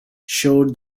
showed